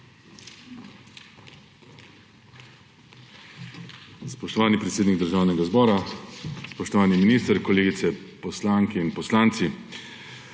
Spoštovani predsednik Državnega zbora! Spoštovani minister, kolegice poslanke in poslanci!